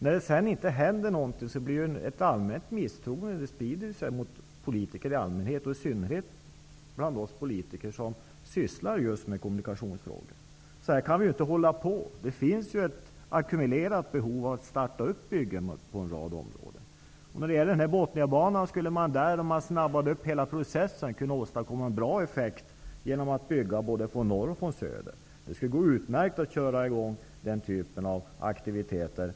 När det sedan inte händer någonting sprider sig ett allmänt misstroende mot politiker i allmänhet och i synnerhet ett misstroende mot oss politiker som sysslar just med kommunikationsfrågor. Så här kan vi inte hålla på. Det finns ett ackumulerat behov av att starta byggen på en rad områden. Om man skyndade på hela processen när det gäller Botniabanan skulle man där kunna åstadkomma en bra effekt genom att bygga både från norr och från söder. Det skulle gå utmärkt att sätta i gång den typen av aktiviteter.